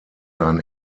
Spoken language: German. sein